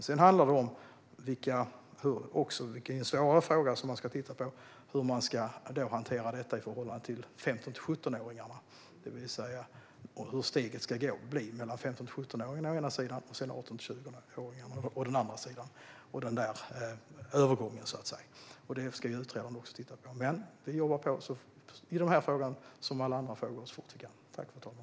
Det handlar också om en svårare fråga som man ska titta på, nämligen hur man ska hantera det i förhållande till 15-17-åringarna, det vill säga hur steget ska bli mellan 15-17-åringarna å ena sidan och 18-20-åringarna å andra sidan. Denna övergång ska utredaren också titta på. Vi jobbar på så fort vi kan i denna fråga, precis som i alla frågor.